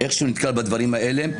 נתקלים בדברים האלה,